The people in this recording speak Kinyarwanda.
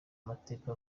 amateka